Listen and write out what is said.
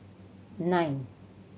nine